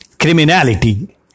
criminality